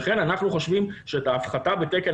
לכן אנחנו חושבים שאת ההפחתה בתקן